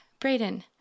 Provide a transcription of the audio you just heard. Brayden